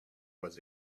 was